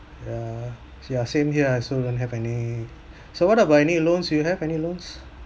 yeah s~ ya same here I also don't have any so what about any loans you have any loans